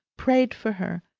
prayed for her,